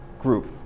group